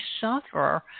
suffer